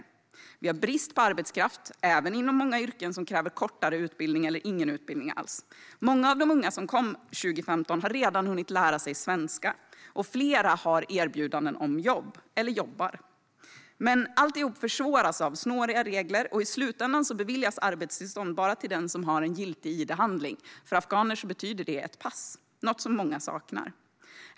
Vi har brist på arbetskraft, även inom många yrken som kräver kortare utbildning eller ingen utbildning alls. Många av de unga som kom 2015 har redan hunnit lära sig svenska, och flera har erbjudanden om jobb eller jobbar. Men alltihop försvåras av snåriga regler, och i slutändan beviljas arbetstillstånd bara till den som har en giltig id-handling. För afghaner betyder det ett pass, något som många saknar.